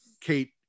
Kate